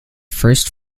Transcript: first